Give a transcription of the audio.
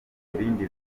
ibindi